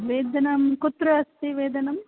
वेदनं कुत्र अस्ति वेदनं